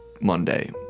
Monday